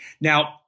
Now